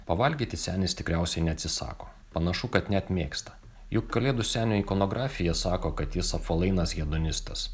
pavalgyti senis tikriausiai neatsisako panašu kad net mėgsta juk kalėdų senio ikonografija sako kad jis apvalainas hedonistas